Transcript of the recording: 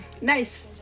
Nice